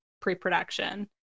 pre-production